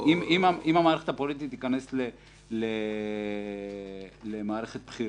אם המערכת הפוליטית תיכנס למערכת בחירות,